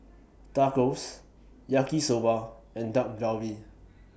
Tacos Yaki Soba and Dak Galbi